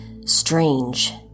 strange